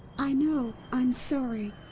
i know, i'm sorry!